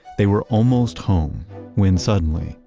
they were almost home when suddenly,